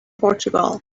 portugal